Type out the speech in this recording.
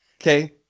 Okay